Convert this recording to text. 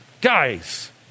Guys